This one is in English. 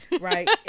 Right